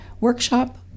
workshop